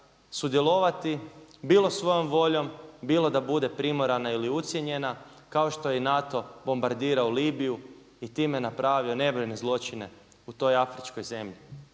sudjelovati bilo svojom voljom, bilo da bude primorana ili ucijenjena kao što je i NATO bombardirao Libiju i time napravio nebrojene zločine u toj afričkoj zemlji.